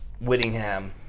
Whittingham